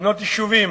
לבנות יישובים,